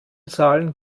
zahlen